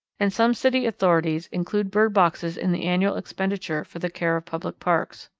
and some city authorities include bird boxes in the annual expenditure for the care of public parks.